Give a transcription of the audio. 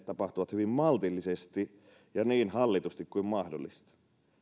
tapahtuvat hyvin maltillisesti ja niin hallitusti kuin mahdollista